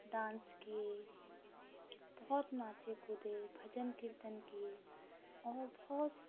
dance किए बहुत नाचे कूदे भजन कीर्तन किए और बहुत